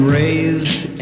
raised